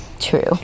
True